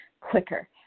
quicker